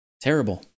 terrible